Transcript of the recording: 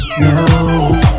no